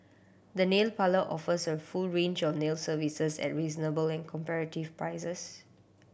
the nail parlour offers a full range of nail services at reasonable and comparative prices